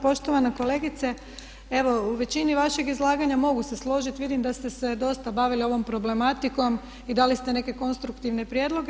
Poštovana kolegice, evo u većini vašeg izlaganja mogu se složiti, vidim da ste se dosta bavili ovom problematikom i dali ste neke konstruktivne prijedloge.